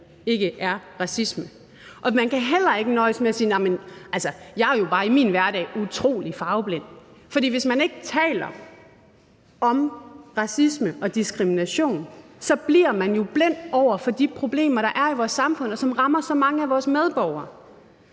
ikke er racisme. Og man kan heller ikke nøjes med at sige: Altså, jeg er jo bare i min hverdag utrolig farveblind. For hvis man ikke taler om racisme og diskrimination, bliver man jo blind over for de problemer, der er i vores samfund, og som rammer så mange af vores medborgere.